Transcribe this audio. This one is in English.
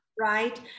Right